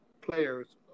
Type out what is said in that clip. players